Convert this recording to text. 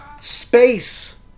space